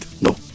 No